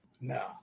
No